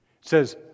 says